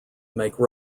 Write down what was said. make